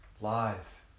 Lies